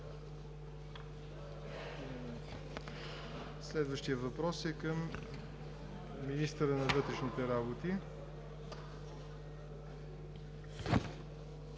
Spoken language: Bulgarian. Следващият въпрос е към министъра на вътрешните работи